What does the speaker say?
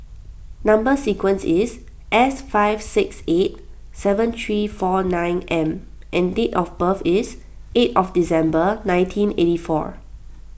Number Sequence is S five six eight seven three four nine M and date of birth is eight of December nineteen eighty four